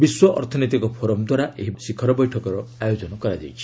ବିଶ୍ୱ ଅର୍ଥନୈତିକ ଫୋରମ ଦ୍ୱାରା ଏହି ଶିଖର ବୈଠକର ଆୟୋଜନ କରାଯାଇଛି